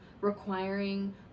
requiring